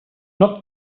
not